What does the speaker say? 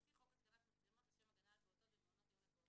"ולפי חוק התקנת מצלמות לשם הגנה על פעוטות במעונות יום לפעוטות,